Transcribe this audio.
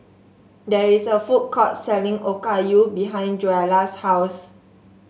there is a food court selling Okayu behind Joella's house